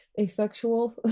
asexual